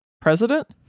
president